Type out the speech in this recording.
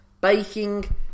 baking